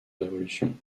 révolution